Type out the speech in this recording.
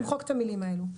למחוק את המלים האלה.